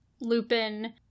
lupin